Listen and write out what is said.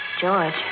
George